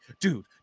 dude